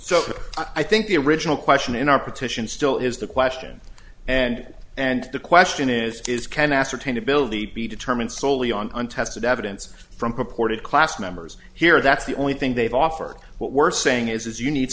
so i think the original question in our petition still is the question and and the question is is can ascertain ability be determined soley on untested evidence from purported class members here that's the only thing they've offered what we're saying is you need